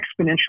exponentially